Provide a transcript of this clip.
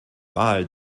wahl